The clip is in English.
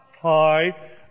hi